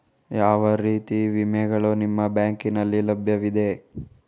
ಯಾವ ಎಲ್ಲ ರೀತಿಯ ವಿಮೆಗಳು ನಿಮ್ಮ ಬ್ಯಾಂಕಿನಲ್ಲಿ ಲಭ್ಯವಿದೆ?